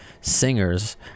singers